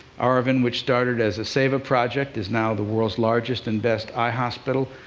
aravind, which started as a seva project, is now the world's largest and best eye hospital.